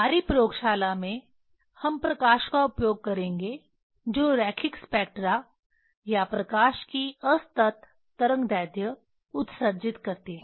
हमारी प्रयोगशाला में हम प्रकाश का उपयोग करेंगे जो रेखिक स्पेक्ट्रा या प्रकाश की असतत तरंगदैर्ध्य उत्सर्जित करते हैं